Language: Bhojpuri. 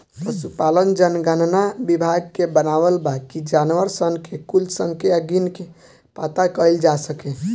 पसुपालन जनगणना विभाग के बनावल बा कि जानवर सन के कुल संख्या गिन के पाता कइल जा सके